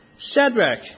Shadrach